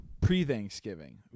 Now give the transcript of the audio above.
pre-Thanksgiving